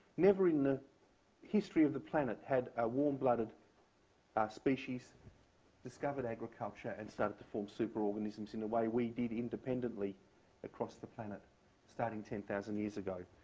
never in the history of the planet had a warmblooded ah species discovered agriculture and started to form superorganisms in the way we did independently across the planet starting ten thousand years ago.